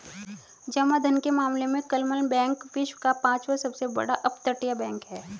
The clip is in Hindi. जमा धन के मामले में क्लमन बैंक विश्व का पांचवा सबसे बड़ा अपतटीय बैंक है